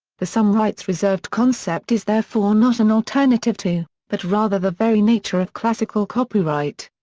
the some rights reserved concept is therefore not an alternative to, but rather the very nature of classical copyright.